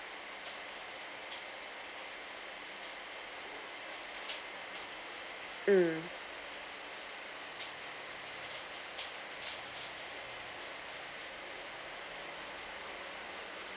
mm